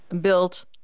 built